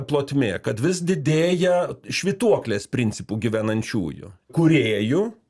plotmė kad vis didėja švytuoklės principu gyvenančiųjų kūrėjų